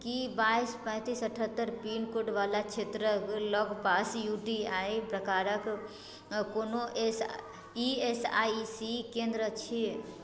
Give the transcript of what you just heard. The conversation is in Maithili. की बाइस पेतीस अठहत्तर पिन कोड वला क्षेत्रक लगपास यू टी आइ प्रकारक कोनो S E S I C केन्द्र छिऐ